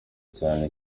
cyane